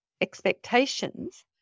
expectations